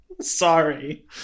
sorry